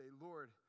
Lord